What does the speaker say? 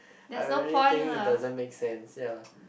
I really think it doesn't make sense ya